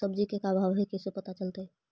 सब्जी के का भाव है कैसे पता चलतै?